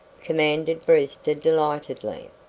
commanded brewster delightedly.